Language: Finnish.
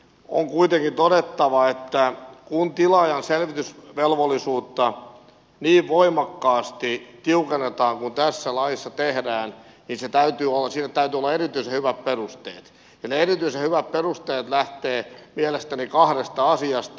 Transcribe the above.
on kuitenkin todettava että kun tilaajan selvitysvelvollisuutta niin voimakkaasti tiukennetaan kuin tässä laissa tehdään niin sille täytyy olla erityisen hyvät perusteet ja ne erityisen hyvät perusteet lähtevät mielestäni kahdesta asiasta